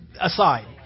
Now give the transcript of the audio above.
aside